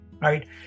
right